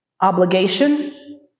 Obligation